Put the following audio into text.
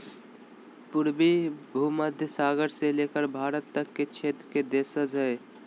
पूर्वी भूमध्य सागर से लेकर भारत तक के क्षेत्र के देशज हइ